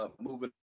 moving